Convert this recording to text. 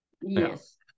Yes